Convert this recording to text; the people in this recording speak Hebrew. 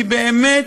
כי באמת,